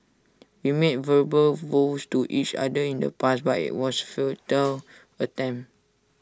we made verbal vows to each other in the past but IT was A futile attempt